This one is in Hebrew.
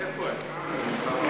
איפה הם?